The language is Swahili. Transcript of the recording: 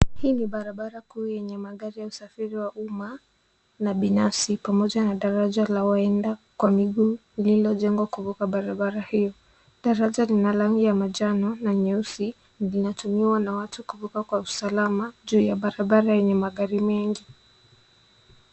Hii ni barabara kuu yenye magari ya usafiri wa umma na binafsi pamoja na daraja la waenda kwa miguu lililojengwa kuvuka barabara hii. Daraja lina rangi ya manjano na nyeusi na linatumiwa na watu kuvuka kwa usalama juu ya barabara enye magari mengi.